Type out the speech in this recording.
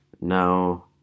Now